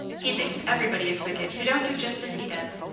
he thinks everybody is wicked who don't do just as he does.